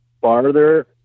farther